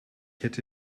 hätte